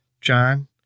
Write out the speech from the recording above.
John